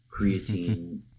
creatine